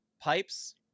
pipes